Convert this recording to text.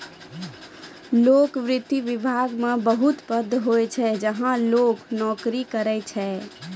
लोक वित्त विभाग मे बहुत पद होय छै जहां लोग नोकरी करै छै